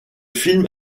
film